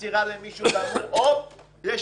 זה חוק שהוועדה הזאת עובדת עליו הרבה מאוד זמן.